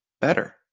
better